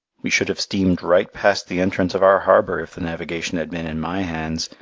we should have steamed right past the entrance of our harbour if the navigation had been in my hands.